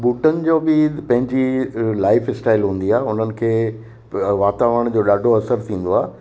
ॿूटनि जो बि पंहिंजी लाइफस्टाइल हूंदी आहे उन्हनि खे वातावरण जो ॾाढो असरु थींदो आहे